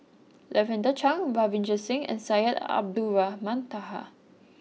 Lavender Chang Ravinder Singh and Syed Abdulrahman Taha